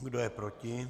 Kdo je proti?